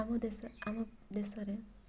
ଆମ ଦେଶ ଆମ ଦେଶରେ